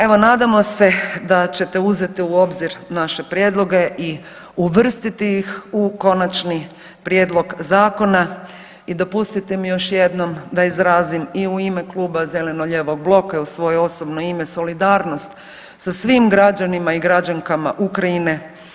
Evo nadamo se da ćete uzeti u obzir naše prijedloge i uvrstiti ih u konačni prijedlog zakona i dopustite mi još jednom da izrazim i u ime kluba Zeleno-lijevog bloka i u svoje osobno ime solidarnost sa svim građanima i građankama Ukrajine.